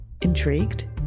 Intrigued